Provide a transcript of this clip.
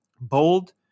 Bold